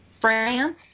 France